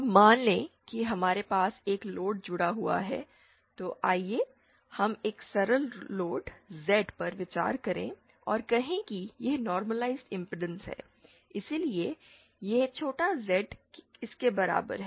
अब मान लें कि हमारे पास एक लोड जुड़ा हुआ है तो आइए हम एक सरल लोड Z पर विचार करें और कहें कि यह नॉर्मलआईजड इमपेडेंस है इसलिए यह छोटा Z इसके बराबर है